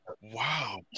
Wow